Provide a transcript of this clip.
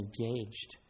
engaged